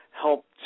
helped